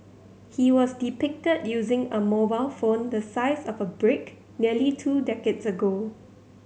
he was depicted using a mobile phone the size of a brick nearly two decades ago